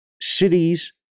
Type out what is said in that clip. cities